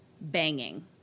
banging